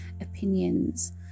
opinions